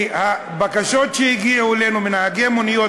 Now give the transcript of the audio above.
כי הבקשות שהגיעו אלינו מנהגי מוניות,